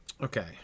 Okay